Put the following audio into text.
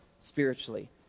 spiritually